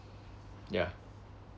ya